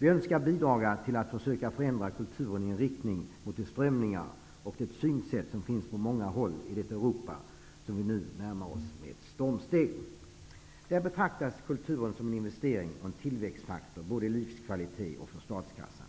Vem skall bidra till att försöka förändra kulturen i en riktning mot de strömningar och det synsätt som finns på många håll i det Europa som vi nu närmar oss med stormsteg? Där betraktas kulturen som en investering och en tillväxtfaktor både för livskvaliteten och för statskassan.